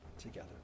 together